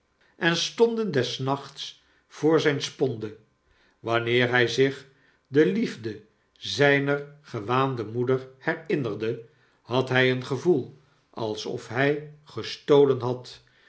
en stonden des nachts voor zyne sponde wanneer hy zich de liefde zyner gewaande moeder herinnerde had hy een gevoel alsof hy gestolen had